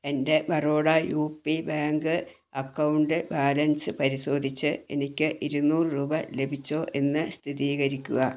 എൻ്റെ Baroda U P bank account balance പരിശോധിച്ച് എനിക്ക് ഇരുനൂറ് രൂപ ലഭിച്ചോ എന്ന് സ്ഥിതീകരിക്കുക